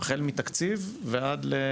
אנחנו עובדים בשצף קצף על פורטל חדש,